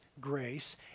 Grace